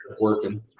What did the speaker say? working